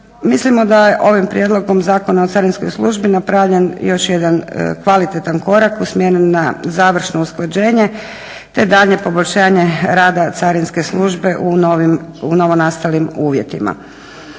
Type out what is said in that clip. mislimo da je ovim prijedlogom zakona o carinskoj službi napravljen još jedan kvalitetan korak usmjeren na završno usklađenje te daljnje poboljšanje rada carinske službe u novo nastalim uvjetima.